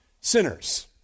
sinners